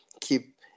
keep